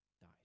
died